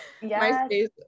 MySpace